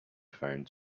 found